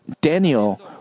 Daniel